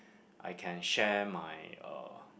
I can share my uh